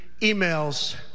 emails